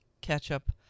ketchup